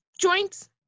joints